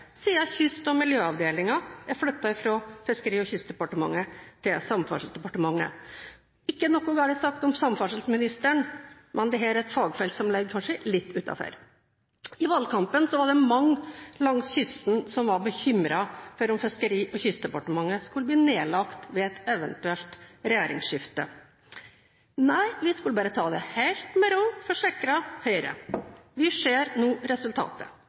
Kyst- og miljøavdelingen er flyttet fra Fiskeri- og kystdepartementet til Samferdselsdepartementet. Ikke noe galt sagt om samferdselsministeren, men dette er et fagfelt som kanskje ligger litt utenfor. I valgkampen var det mange langs kysten som var bekymret for at Fiskeri- og kystdepartementet ville bli nedlagt ved et eventuelt regjeringsskifte. Nei, vi skulle bare ta det helt med ro, forsikret Høyre. Vi ser nå resultatet.